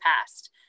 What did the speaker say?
past